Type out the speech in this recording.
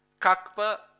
Kakpa